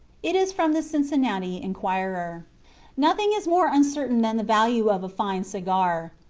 it is from the cincinnati enquirer nothing is more uncertain than the value of a fine cigar.